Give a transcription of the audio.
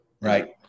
Right